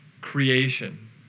creation